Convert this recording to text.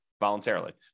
voluntarily